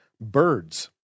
birds